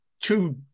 two